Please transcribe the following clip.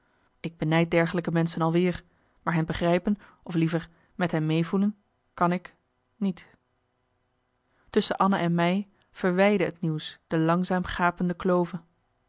ik benijd dergelijke menschen al weer maar hen begrijpen of liever met hen meevoelen kan ik niet tusschen anna en mij verwijdde het nieuws de langzaam gapende klove